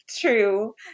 True